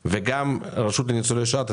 מה שלא נעשה כאן שנים.